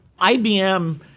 IBM